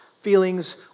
feelings